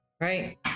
Right